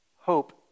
hope